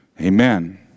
Amen